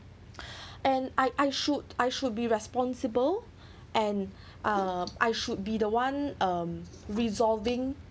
and I I should I should be responsible and uh I should be the one um resolving